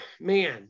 man